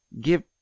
give